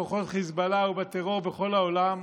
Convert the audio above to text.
בכוחות חיזבאללה ובטרור בכל העולם,